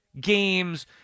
games